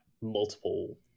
multiple